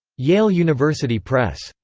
yale university press.